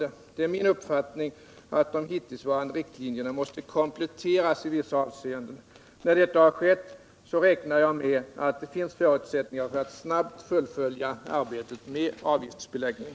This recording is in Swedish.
Det är min uppfattning att de hittillsvarande riktlinjerna måste kompletteras i vissa avseenden. När detta har skett räknar jag med att det finns förutsättningar för att snabbt fullfölja arbetet med avgiftsbeläggning.